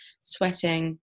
sweating